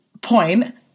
point